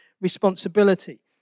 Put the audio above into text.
responsibility